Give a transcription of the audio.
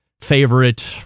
favorite